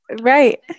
Right